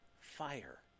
fire